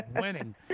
winning